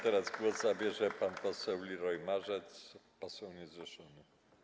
Teraz głos zabierze pan poseł Liroy-Marzec, poseł niezrzeszony.